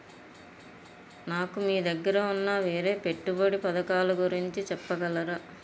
నాకు మీ దగ్గర ఉన్న వేరే పెట్టుబడి పథకాలుగురించి చెప్పగలరా?